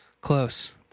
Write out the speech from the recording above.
Close